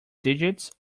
digits